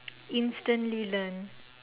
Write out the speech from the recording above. instantly learn